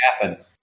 happen